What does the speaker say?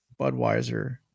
Budweiser